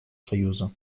союза